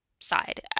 Side